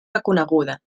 reconeguda